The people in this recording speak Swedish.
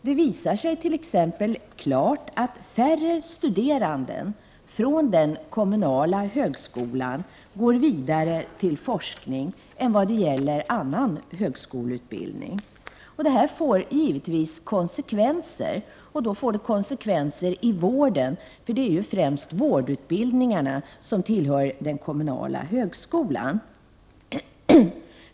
Det visar sig t.ex. klart att färre studerande går vidare till forskning från den kommunala högskolan än från annan högskoleutbildning, och det innebär givetvis konsekvenser i vården, eftersom det främst är vårdutbildningarna som tillhör den kommunala högskolan.